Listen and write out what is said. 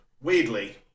weirdly